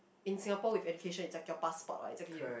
in Singapore with education it's like your passport what